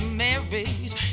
marriage